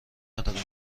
ندارد